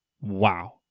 Wow